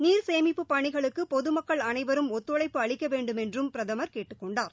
நீர் சேமிப்பு பணிகளுக்கு பொது மக்கள் அனைவரும் ஒத்துழைப்பு அளிக்க வேண்டும் என்றும் பிரதமர் கேட்டுக் கொண்டார்